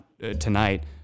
tonight